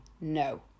no